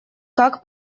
как